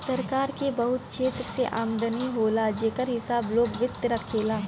सरकार के बहुत क्षेत्र से आमदनी होला जेकर हिसाब लोक वित्त राखेला